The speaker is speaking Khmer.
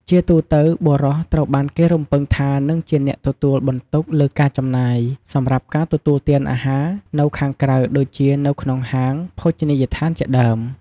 ជាទូទៅ បុរសត្រូវបានគេរំពឹងថានឹងជាអ្នកទទួលបន្ទុកលើការចំណាយ សម្រាប់ការទទួលទានអាហារនៅខាងក្រៅដូចជា ទៅក្នុងហាង ភោជនីដ្ឋានជាដើម។